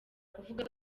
kuvuga